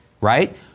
right